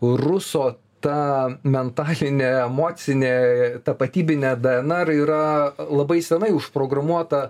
ruso ta mentalinė emocinė tapatybinė dnr yra labai senai užprogramuota